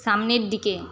সামনের দিকে